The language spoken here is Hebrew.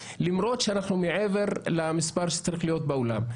למרות שאנחנו מעבר למספר שצריך להיות באולם.